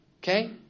Okay